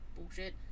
bullshit